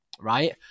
right